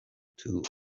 two